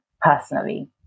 personally